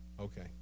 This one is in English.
Okay